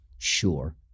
Sure